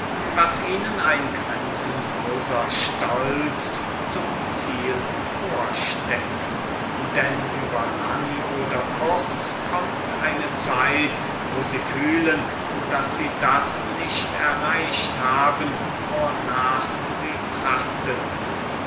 was ihnen ein grenzenloser stolz zum ziel versteckt denn über lang oder kurz kommt eine zeit wo sie fühlen daß sie das nicht erreicht haben wornach sie trachteten